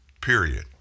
Period